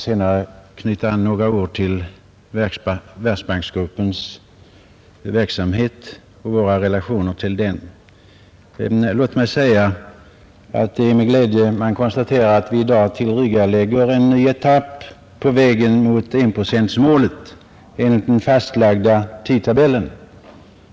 Herr talman! Det är med glädje man konstaterar att vi i dag tillryggalägger en ny etapp på vägen mot enprocentsmålet enligt den fastlagda tidtabellen.